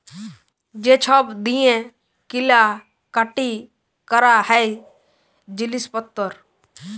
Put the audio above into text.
যে ছব দিঁয়ে কিলা কাটি ক্যরা হ্যয় জিলিস পত্তর